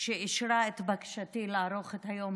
שאישרה את בקשתי לערוך את היום